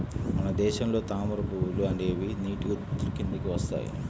మన దేశంలో తామర పువ్వులు అనేవి నీటి ఉత్పత్తుల కిందికి వస్తాయి